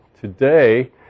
Today